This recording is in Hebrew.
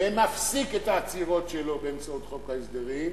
ומפסיק את העצירות שלו באמצעות חוק ההסדרים,